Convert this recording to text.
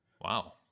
Wow